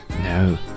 No